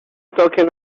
token